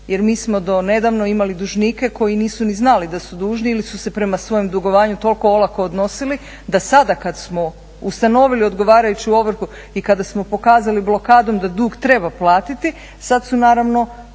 Jer mi smo do nedavno imali dužnike koji nisu ni znali da su dužni ili su se prema svojem dugovanju toliko olako odnosili da sada kada smo ustanovili odgovarajuću ovrhu i kada smo pokazali blokadom da dug treba platiti, sada su naravno